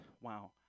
wow